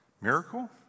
Miracle